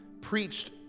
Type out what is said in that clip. preached